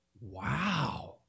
Wow